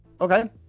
Okay